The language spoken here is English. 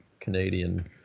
Canadian